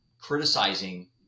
criticizing